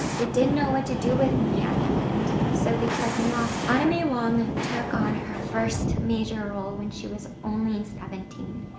didn't know what to do with me at the end, so they killed me off. anna may wong took on her first major role when she was only seventeen.